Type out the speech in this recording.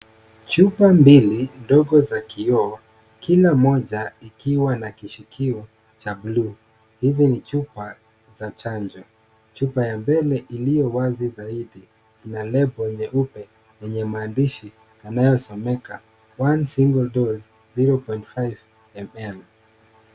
Chupa mbili ndogo za kioo kila mmoja ikiwa na kishikio cha bluu. Hizi ni chupa za chanjo. Chupa ya mbele iliyo wazi zaidi ina lebo nyeupe yenye maandishi yanayosomeka one single dose zero point five ml .